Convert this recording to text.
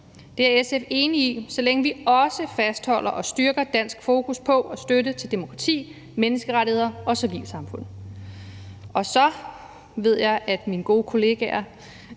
Det er SF enig i, så længe vi også fastholder og styrker dansk fokus på at støtte demokrati, menneskerettigheder og civilsamfund. Så ved jeg, at mine gode kollegaer